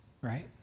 right